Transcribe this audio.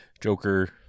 Joker